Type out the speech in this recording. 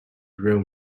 room